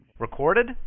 Recorded